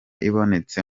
ibonetse